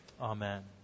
Amen